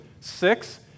six